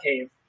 cave